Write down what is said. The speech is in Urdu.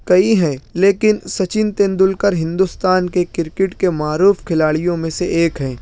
کئی ہیں لیکن سچن تندولکر ہندوستان کے کرکٹ کے معروف کھلاڑیوں میں سے ایک ہیں